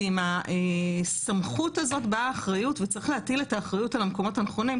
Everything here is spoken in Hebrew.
ועם הסמכות הזאת באה אחריות וצריך להטיל את האחריות על המקומות הנכונים,